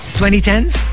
2010s